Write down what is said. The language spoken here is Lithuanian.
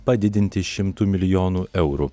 padidinti šimtu milijonų eurų